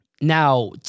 Now